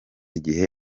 igihe